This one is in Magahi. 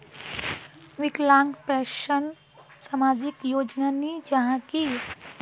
विकलांग पेंशन सामाजिक योजना नी जाहा की?